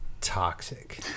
Toxic